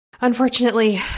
Unfortunately